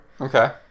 Okay